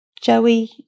Joey